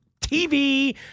TV